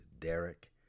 derek